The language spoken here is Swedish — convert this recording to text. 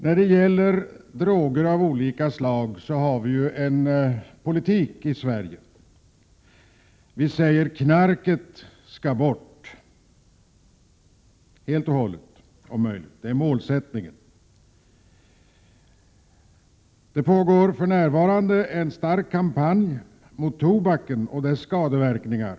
När det gäller droger av olika slag har vi en sådan politik i Sverige att vi säger att knarket skall bort helt och hållet. Det är målsättningen. Det pågår för närvarande en kraftfull kampanj mot tobaken och dess skadeverkningar.